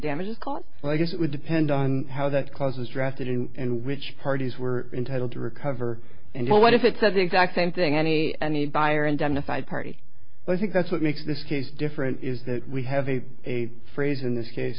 well i guess it would depend on how that cause was drafted and which parties were entitled to recover and what if it said the exact same thing any any buyer indemnified party but i think that's what makes this case different is that we have a phrase in this case